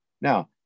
Now